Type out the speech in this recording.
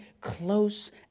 close